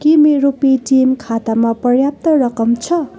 के मेरो पेटिएम खातामा पर्याप्त रकम छ